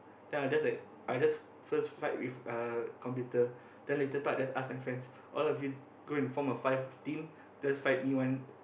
then I'll just like I just first fight with uh computer then later part ask my friends all of you go and form a five team just fight me one